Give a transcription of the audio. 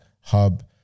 hub